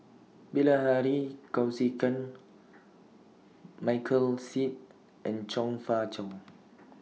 Bilahari Kausikan Michael Seet and Chong Fah Cheong